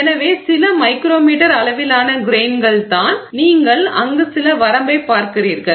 எனவே சில மைக்ரோமீட்டர் அளவிலான கிரெய்ன்கள் தான் நீங்கள் அங்கு சில வரம்பைப் பார்க்கிறீர்கள்